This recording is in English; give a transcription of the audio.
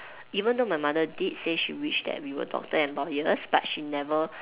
even though my mother did say she wish that we were doctor and lawyers but she never